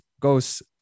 goes